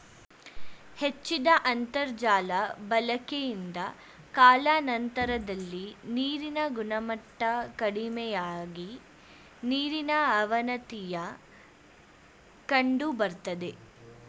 ಹೆಚ್ಚಿದ ಅಂತರ್ಜಾಲ ಬಳಕೆಯಿಂದ ಕಾಲಾನಂತರದಲ್ಲಿ ನೀರಿನ ಗುಣಮಟ್ಟ ಕಡಿಮೆಯಾಗಿ ನೀರಿನ ಅವನತಿಯ ಕಂಡುಬರ್ತದೆ